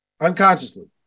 Unconsciously